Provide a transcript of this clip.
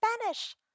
Spanish